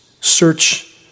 Search